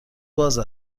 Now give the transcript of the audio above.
باز